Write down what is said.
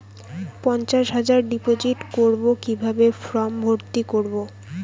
পঞ্চাশ হাজার ডিপোজিট করবো কিভাবে ফর্ম ভর্তি করবো?